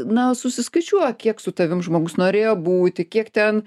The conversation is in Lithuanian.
na susiskaičiuoja kiek su tavim žmogus norėjo būti kiek ten